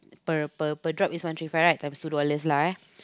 per per per drop is one three five right times two dollars lah